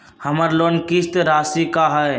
हमर लोन किस्त राशि का हई?